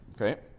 Okay